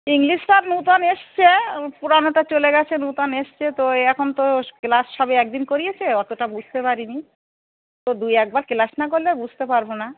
English sir নতুন এসেছে পুরানোটা চলে গিয়েছে নতুন এসেছে তো এ এখন তো ক্লাস সবে একদিন করিয়েছে অতটা বুঝতে পারিনি তো দুই একবার ক্লাস না করলে বুঝতে পারব না